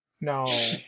no